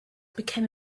became